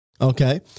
Okay